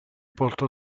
porto